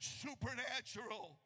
supernatural